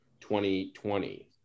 2020